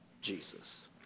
Jesus